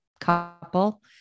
couple